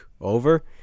over